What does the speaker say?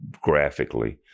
graphically